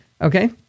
Okay